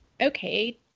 Okay